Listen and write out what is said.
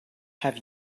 have